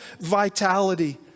vitality